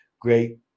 great